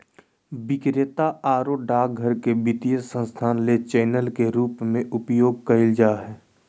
विक्रेता आरो डाकघर के वित्तीय संस्थान ले चैनल के रूप में उपयोग कइल जा हइ